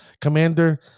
Commander